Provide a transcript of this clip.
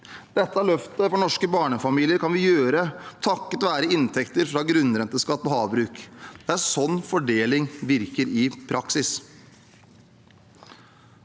Dette løftet for norske barnefamilier kan vi gjøre takket være inntekter fra grunnrenteskatt på havbruk. Det er sånn fordeling virker i praksis.